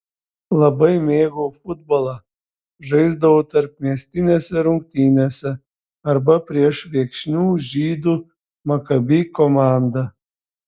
labai mėgau futbolą žaisdavau tarpmiestinėse rungtynėse arba prieš viekšnių žydų makabi komandą